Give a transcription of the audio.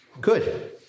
Good